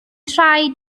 rhaid